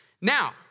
Now